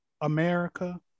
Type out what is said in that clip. America